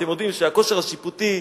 אתם יודעים שהכושר השיפוטי,